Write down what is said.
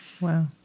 Wow